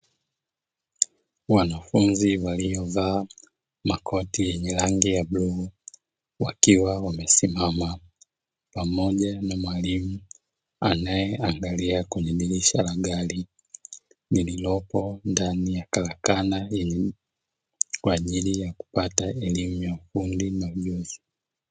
Wanafunzi waliovaa makoti yenye rangi ya bluu, wakiwa wamesimama pamoja na mwalimu anayeangalia kwenye dirisha la gari lililopo ndani ya karakana yenye, kwa ajili ya kupata elimu ya ufundi na ujuzi.